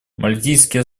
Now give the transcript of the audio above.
мальдивские